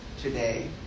today